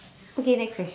okay next question